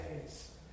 days